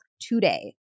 today